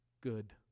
good